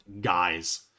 guys